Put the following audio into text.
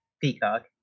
Peacock